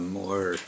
more